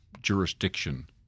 jurisdiction